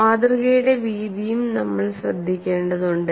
മാതൃകയുടെ വീതിയും നമ്മൾ ശ്രദ്ധിക്കേണ്ടതുണ്ട്